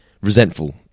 resentful